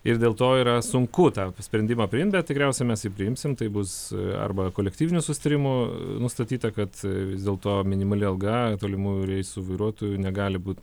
ir dėl to yra sunku tą sprendimą priimt bet tikriausiai mes jį priimsim tai bus arba kolektyviniu susitarimu nustatyta kad vis dėlto minimali alga tolimųjų reisų vairuotojų negali būti